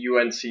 UNC